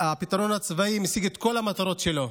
הפתרון הצבאי משיג את כל המטרות שלו,